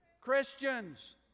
Christians